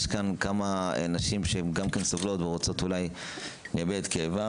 יש כאן כמה נשים שהן גם כן סובלות ורוצות אולי להביע את כאבן,